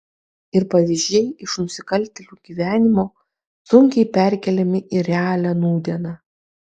ir pavyzdžiai iš nusikaltėlių gyvenimo sunkiai perkeliami į realią nūdieną